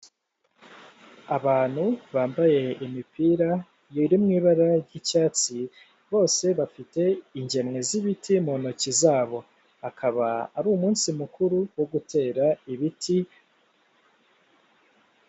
Abantu bambaye imipira iri mu ibara ry'icyatsi bose bafite ingemwe z'ibiti mu ntoki zabo akaba ari umunsi mukuru wo gutera ibiti.